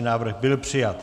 Návrh byl přijat.